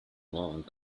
long